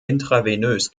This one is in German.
intravenös